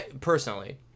personally